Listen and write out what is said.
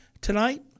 tonight